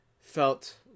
felt